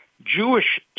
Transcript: Jewish